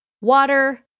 water